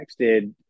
texted